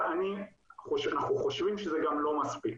אבל אנחנו חושבים שזה גם לא מספיק,